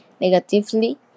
negatively